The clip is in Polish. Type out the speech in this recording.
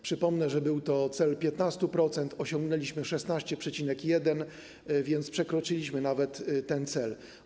Przypomnę, że był to cel 15%, a osiągnęliśmy 16,1%, więc przekroczyliśmy nawet ten cel.